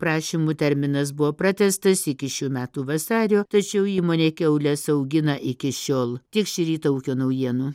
prašymu terminas buvo pratęstas iki šių metų vasario tačiau įmonė kiaules augina iki šiol tiek šį rytą ūkio naujienų